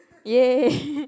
yay